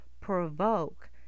provoke